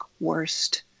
worst